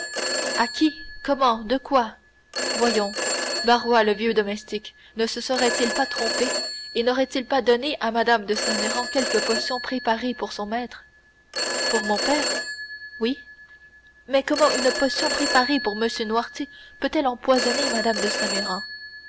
à qui comment de quoi voyons barrois le vieux domestique ne se serait-il pas trompé et n'aurait-il pas donné à mme de saint méran quelque potion préparée pour son maître pour mon père oui mais comment une potion préparée pour m noirtier peut-elle empoisonner mme de